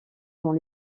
dans